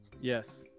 Yes